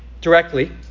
directly